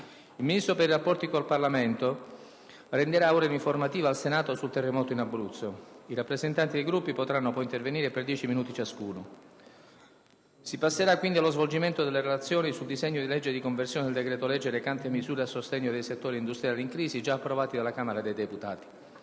Il Ministro per i rapporti con il Parlamento renderà ora un'informativa al Senato sul terremoto in Abruzzo. I rappresentanti dei Gruppi potranno poi intervenire per dieci minuti ciascuno. Si passerà quindi allo svolgimento delle relazioni sul disegno di legge di conversione del decreto-legge recante misure a sostegno dei settori industriali in crisi, già approvato dalla Camera dei deputati.